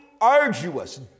arduous